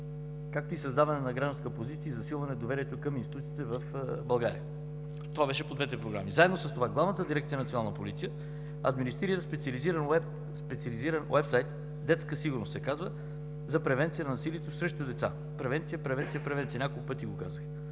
както и създаване на гражданска позиция и засилване доверието към институциите в България. Това беше по двете програми. Заедно с това Главната дирекция „Национална полиция“ администрира специализиран уебсайт „Детска сигурност“ – се казва, за превенция на насилието срещу деца. Превенция, превенция, превенция – няколко пъти го казах,